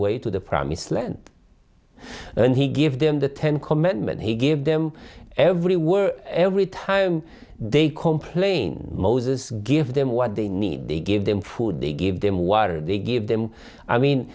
way to the promised land and he give them the ten commitment he gave them every word every time they complain moses give them what they need they give them food they give them water they give them i mean